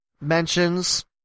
mentions